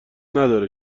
نداره